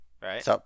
Right